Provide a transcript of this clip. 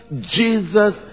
Jesus